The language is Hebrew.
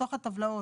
לתוך הטבלאות.